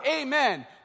Amen